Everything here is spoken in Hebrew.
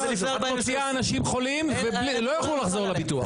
את מוציאה אנשים חולים ולא יוכלו לחזור לביטוח.